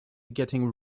getting